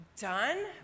Done